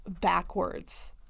backwards